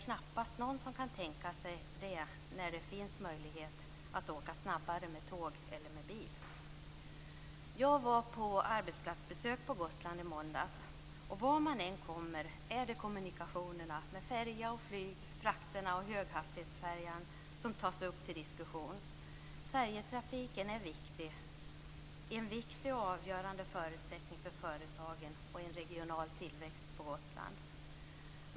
Jag var på arbetsplatsbesök på Gotland i måndags, och vart man än kommer är det kommunikationerna med färja och flyg, frakterna och höghastighetsfärjan som tas upp till diskussion. Färjetrafiken är en viktig och avgörande förutsättning för företagen och för en regional tillväxt på Gotland.